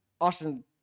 Austin